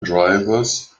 drivers